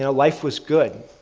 and life was good.